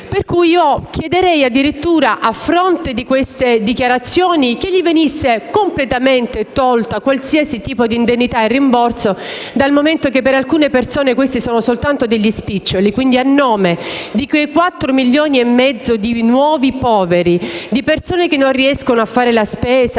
quindi chiederei addirittura, a fronte di queste dichiarazioni, che gli venisse completamente tolta qualsiasi tipo di indennità e rimborso, dal momento che per alcune persone questi sono soltanto degli spiccioli. Pertanto, a nome di quei 4,5 milioni di nuovi poveri, di persone che non riescono a fare la spesa,